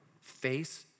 face